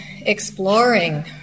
exploring